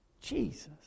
Jesus